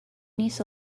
niece